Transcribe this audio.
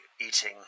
eating